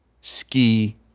ski